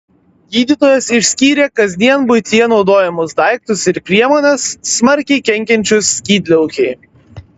gydytojas išskyrė kasdien buityje naudojamus daiktus ir priemones smarkiai kenkiančius skydliaukei